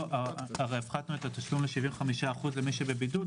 פה הרי הפחתנו את התשלום ל-75% למי שבבידוד,